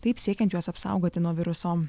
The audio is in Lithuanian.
taip siekiant juos apsaugoti nuo viruso